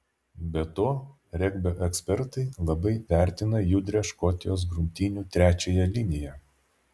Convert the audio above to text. be to regbio ekspertai labai vertina judrią škotijos grumtynių trečiąją liniją